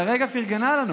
היא הרגע פרגנה לנו.